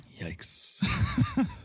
Yikes